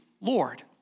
Lord